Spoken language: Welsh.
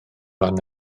fan